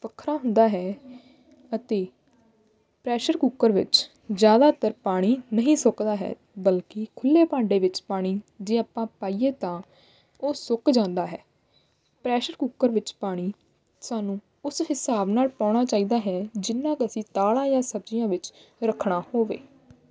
ਵੱਖਰਾ ਹੁੰਦਾ ਹੈ ਅਤੇ ਪ੍ਰੈਸ਼ਰ ਕੁੱਕਰ ਵਿੱਚ ਜ਼ਿਆਦਾਤਰ ਪਾਣੀ ਨਹੀਂ ਸੁੱਕਦਾ ਹੈ ਬਲਕਿ ਖੁੱਲ੍ਹੇ ਭਾਂਡੇ ਵਿੱਚ ਪਾਣੀ ਜੇ ਆਪਾਂ ਪਾਈਏ ਤਾਂ ਉਹ ਸੁੱਕ ਜਾਂਦਾ ਹੈ ਪ੍ਰੈਸ਼ਰ ਕੁੱਕਰ ਵਿੱਚ ਪਾਣੀ ਸਾਨੂੰ ਉਸ ਹਿਸਾਬ ਨਾਲ ਪਾਉਣਾ ਚਾਹੀਦਾ ਹੈ ਜਿੰਨਾ ਕੁ ਅਸੀਂ ਦਾਲਾਂ ਜਾ ਸਬਜ਼ੀਆਂ ਵਿੱਚ ਰੱਖਣਾ ਹੋਵੇ